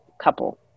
couple